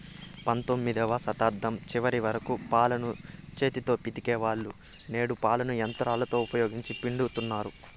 పంతొమ్మిదవ శతాబ్దం చివరి వరకు పాలను చేతితో పితికే వాళ్ళు, నేడు పాలను యంత్రాలను ఉపయోగించి పితుకుతన్నారు